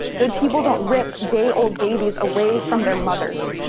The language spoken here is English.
good people don't rip day old babies away from their mothers.